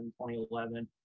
2011